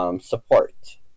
Support